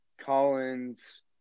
Collins